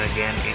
Again